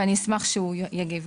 ואני אשמח שהוא גם יגיב.